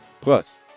Plus